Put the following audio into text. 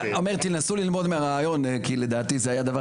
תנסו ללמוד מן הרעיון כי לדעתי זה היה דבר